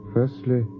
Firstly